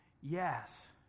Yes